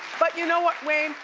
but you know what, wayne?